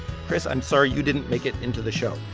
chris, i'm sorry you didn't make it into the show.